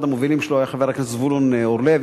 שאחד המובילים שלו היה חבר הכנסת זבולון אורלב,